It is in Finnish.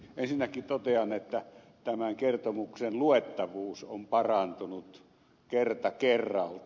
ensinnäkin totean että tämän kertomuksen luettavuus on parantunut kerta kerralta